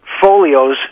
folios